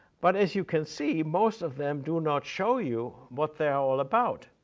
but as you can see, most of them do not show you what they are all about,